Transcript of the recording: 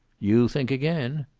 you think again!